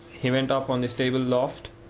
he went up on the stable-loft,